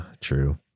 true